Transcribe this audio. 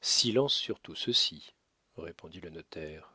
silence sur tout ceci répondit le notaire